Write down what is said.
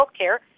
Healthcare